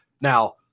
Now